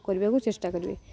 କରିବାକୁ ଚେଷ୍ଟା କରିବି